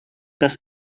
das